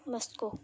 Moscow